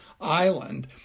Island